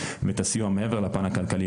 ואת הסיוע מעבר לפן הכלכלי,